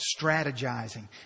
strategizing